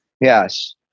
Yes